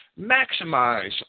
maximize